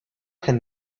can